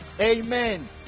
Amen